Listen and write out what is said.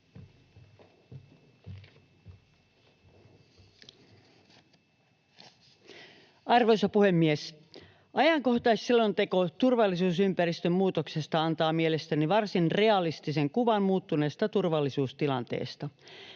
Arvoisa puhemies! Ajankohtaisselonteko turvallisuusympäristön muutoksesta antaa mielestäni varsin realistisen kuvan muuttuneesta turvallisuustilanteesta.